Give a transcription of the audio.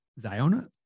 Ziona